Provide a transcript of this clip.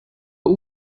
but